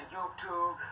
YouTube